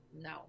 No